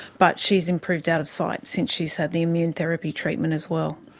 but she has improved out of sight since she has had the immune therapy treatment as well.